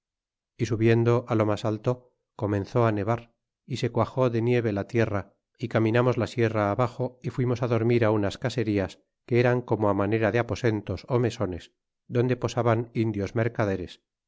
y subiendo lo mas alto comenzó á nevar y se cuajó de nieve la tierra é caminamos la sierra abaxo y fuimos dormir unas caserías que eran como manera de aposentos ó mesones donde posaban indios mercaderes é